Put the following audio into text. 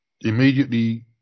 immediately